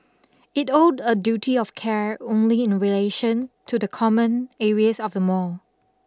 it owed a duty of care only in relation to the common areas of the mall